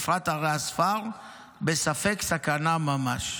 בפרט בערי הספר --- בספק סכנה ממש".